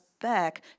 back